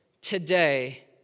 today